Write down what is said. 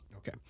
Okay